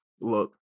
Look